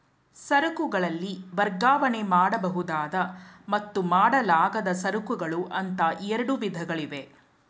ಸರಕುಗಳಲ್ಲಿ ವರ್ಗಾವಣೆ ಮಾಡಬಹುದಾದ ಮತ್ತು ಮಾಡಲಾಗದ ಸರಕುಗಳು ಅಂತ ಎರಡು ವಿಧಗಳಿವೆ